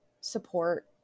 support